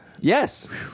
Yes